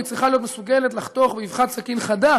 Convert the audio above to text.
היא צריכה להיות מסוגלת לחתוך באבחת סכין חדה